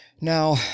Now